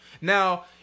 Now